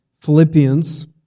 Philippians